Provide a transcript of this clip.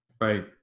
Right